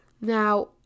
Now